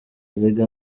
erega